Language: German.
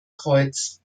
kreuz